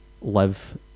live